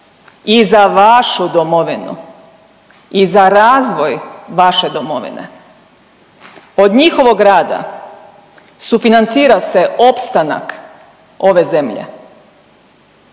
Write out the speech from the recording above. i za vašu domovinu i za razvoj vaše domovine. Od njihovog rada sufinancira se opstanak ove zemlje.